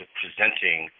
presenting